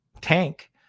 tank